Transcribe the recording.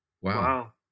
Wow